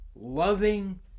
loving